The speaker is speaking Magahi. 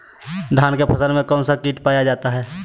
धान की फसल में कौन सी किट पाया जाता है?